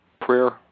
prayer